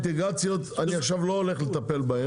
אני עכשיו לא הולך לטפל באינטגרציות.